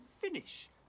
finish